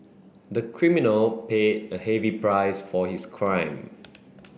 the criminal paid a heavy price for his crime